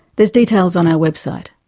there's details on our website.